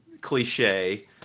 cliche